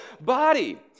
body